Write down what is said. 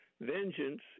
vengeance